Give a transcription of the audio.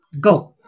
go